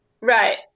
right